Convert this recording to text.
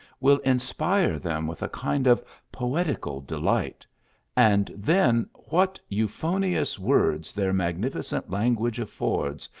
will inspire them with a kind of poetical delight and then what euphonous words their magnificent language affords,